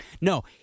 No